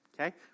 okay